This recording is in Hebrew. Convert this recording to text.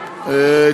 ויתר.